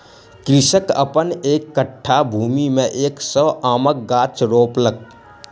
कृषक अपन एक कट्ठा भूमि में एक सौ आमक गाछ रोपलक